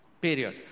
Period